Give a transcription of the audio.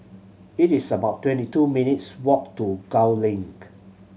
it is about twenty two minutes' walk to Gul Link